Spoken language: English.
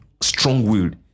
strong-willed